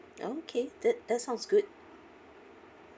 okay that that sounds good